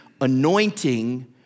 anointing